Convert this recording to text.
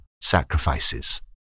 sacrifices